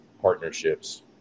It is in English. partnerships